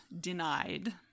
denied